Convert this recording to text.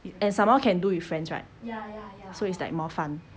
and some more can do with friends right so it's like more fun